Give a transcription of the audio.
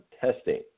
testing